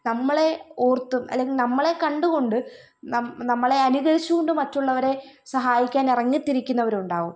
നമ്മളെ ഓർത്തും അല്ലെങ്കിൽ നമ്മളെ കണ്ടുകൊണ്ട് നം നമ്മളെയനുകരിച്ചുകൊണ്ട് മറ്റുള്ളവരെ സഹായിക്കാനിറങ്ങിത്തിരിക്കുന്നവരുന്നുണ്ടാകും